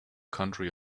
country